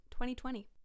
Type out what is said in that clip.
2020